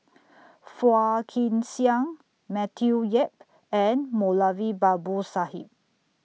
Phua Kin Siang Matthew Yap and Moulavi Babu Sahib